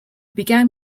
began